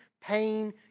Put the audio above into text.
pain